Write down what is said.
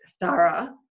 thorough